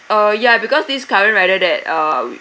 uh ya because this current rider that uh